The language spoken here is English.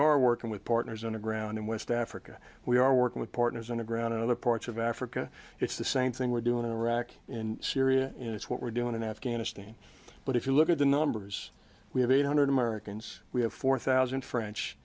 are working with partners on the ground in west africa we are working with partners on the ground in other parts of africa it's the same thing we're doing in iraq in syria and it's what we're doing in afghanistan but if you look at the numbers we have eight hundred americans we have four thousand french